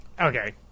Okay